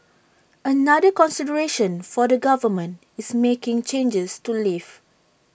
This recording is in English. another consideration for the government is making changes to leave